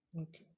Okay